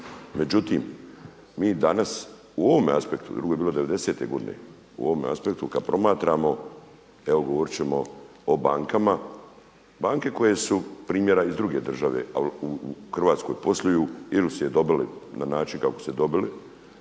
Međutim, mi danas u ovom aspektu, drugo je bilo 90-te godine, u ovom aspektu kada promatramo evo govorit ćemo o bankama. Banke koje su primjera iz druge države ali u Hrvatskoj posluju ili su ju dobili na način kako su dobili